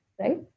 right